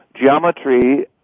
geometry